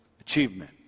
achievement